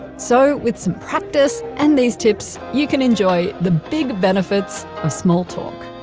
so with some practice and these tips you can enjoy the big benefits of small talk.